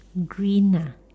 green ah